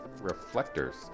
reflectors